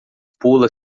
pula